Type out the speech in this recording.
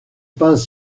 pas